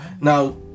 now